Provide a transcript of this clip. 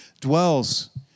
dwells